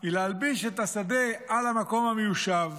היא להלביש את השדה על המקום המיושב,